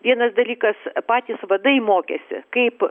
vienas dalykas patys vadai mokėsi kaip